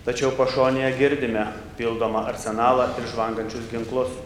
tačiau pašonėje girdime pildomą arsenalą ir žvangančius ginklus